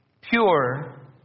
pure